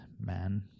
man